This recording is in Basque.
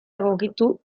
egokituko